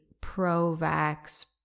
pro-vax